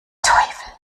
teufel